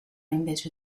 invece